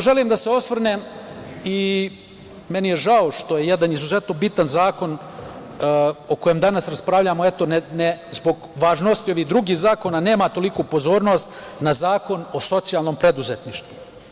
Želim da se osvrnem, i meni je žao što jedan izuzetno bitan zakon o kojem danas raspravljamo, zbog važnosti ovih drugih zakona, nema toliku pozornost, na Zakon o socijalnom preduzetništvu.